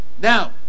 Now